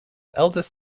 eldest